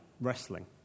wrestling